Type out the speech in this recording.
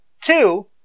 two